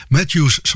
Matthews